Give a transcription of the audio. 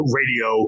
radio